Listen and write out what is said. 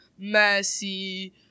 Messi